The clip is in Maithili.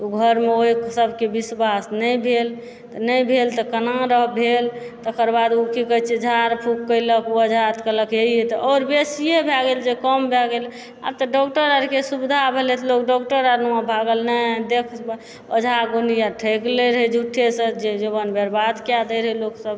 ओ घरमे सबके विश्वास नहि भेल तऽ नहि भेल तऽ केना भेल तकर बाद ओ की कहए छै झाड़ फूंक कैलक ओ ओझा तऽ कहलक हे ई तऽ आओर बेसिए भए गेल जे कम भए गेल आब तऽ डॉक्टर आरके सुविधा भेलए तऽ लोग डॉक्टर आरमे भागल नहि देखबए ओझा गुनी आर ठकि लए रहए झूठेसंँ जे जवान बरबाद कए दए रहय लोकसब